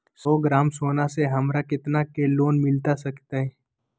सौ ग्राम सोना से हमरा कितना के लोन मिलता सकतैय?